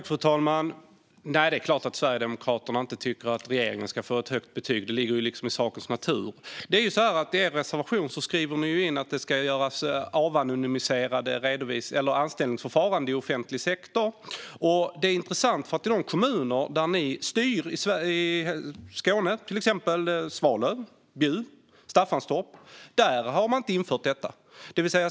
Fru talman! Det är klart att Sverigedemokraterna inte tycker att regeringen ska få ett högt betyg. Det ligger i sakens natur. I er reservation skriver ni att det ska finnas ett anonymiserat anställningsförfarande inom offentlig sektor. Detta är intressant, för i de kommuner där Sverigedemokraterna styr - i Skåne gäller det exempelvis Svalöv, Bjuv och Staffanstorp - har man inte infört det.